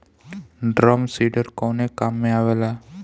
Drum seeder कवने काम में आवेला?